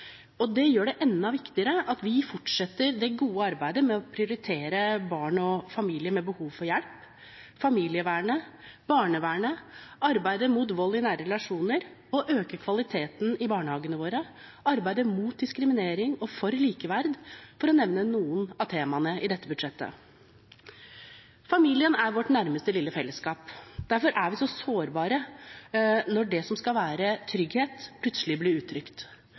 og det gjør det enda viktigere at vi fortsetter det gode arbeidet med å prioritere barn og familier med behov for hjelp – familievernet, barnevernet, arbeidet mot vold i nære relasjoner, økt kvalitet i barnehagene våre og arbeidet mot diskriminering og for likeverd, for å nevne noen av temaene i dette budsjettet. Familien er vårt nærmeste lille fellesskap. Derfor er vi så sårbare når det som skal være trygghet, plutselig blir